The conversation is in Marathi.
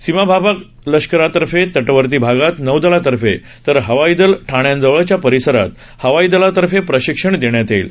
सीमाभागात लष्करातर्फे तटवर्ती भागात नौदलातर्फे तर हवाईदल ठाण्यांजवळच्या परिसरात हवाईदलातर्फे प्रशिक्षण देण्यात येईल